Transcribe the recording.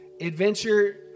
adventure